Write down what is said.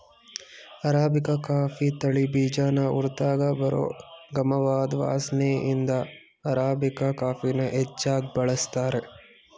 arabica coffee ತಳಿ ಬೀಜನ ಹುರ್ದಾಗ ಬರೋ ಗಮವಾದ್ ವಾಸ್ನೆಇಂದ ಅರಾಬಿಕಾ ಕಾಫಿನ ಹೆಚ್ಚಾಗ್ ಬಳಸ್ತಾರೆ